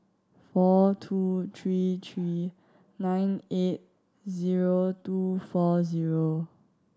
four two three three nine eight zero two four zero